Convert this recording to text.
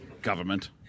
government